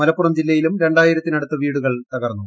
മലപ്പുറം ജില്ലയിലും രണ്ടായിര്ത്തിനടുത്ത് വീടുകൾ തകർന്നു